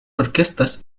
orquestas